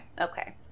Okay